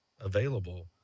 available